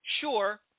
sure